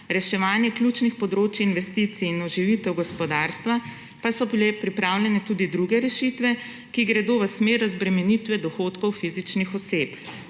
reševanje ključnih področij investicij in oživitev gospodarstva, pa so bile pripravljene tudi druge rešitve, ki gredo v smer razbremenitve dohodkov fizičnih oseb,